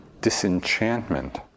disenchantment